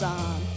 on